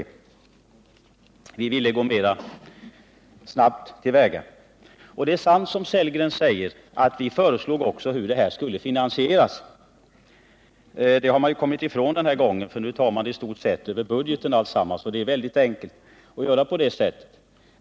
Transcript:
Men vi ville gå snabbare till väga. Det är sant, som Rolf Sellgren säger, att vi föreslog hur ett slopande av avgifterna skulle finansieras. Detta har regeringen inte gjort — nu tar man i stort sett alltsammans över budgeten, vilket ju är väldigt enkelt.